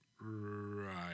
right